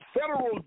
federal